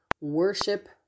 worship